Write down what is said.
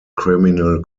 criminal